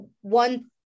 one